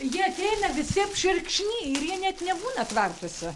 jie ateina visi apšerkšniję ir jie net nebūna tvartuose